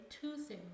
Tuesday